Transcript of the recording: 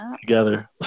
together